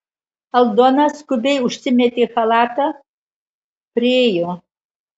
aldona skubiai užsimetė chalatą priėjo